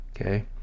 okay